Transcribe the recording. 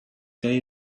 day